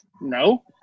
no